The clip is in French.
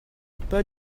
pas